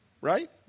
right